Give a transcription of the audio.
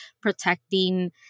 protecting